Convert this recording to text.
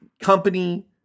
company